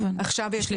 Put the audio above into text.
יש לה מטפלת עכשיו?